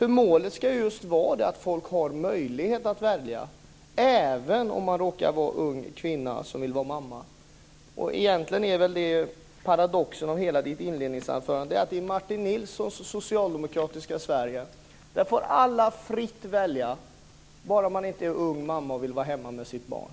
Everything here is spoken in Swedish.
detta. Målet ska ju vara att folk har möjlighet att välja - även om man råkar vara ung kvinna som vill vara mamma. Egentligen är väl paradoxen när det gäller hela Martin Nilssons inledningsanförande att i hans socialdemokratiska Sverige får alla fritt välja, bara man inte just är ung mamma som vill vara hemma med sitt barn.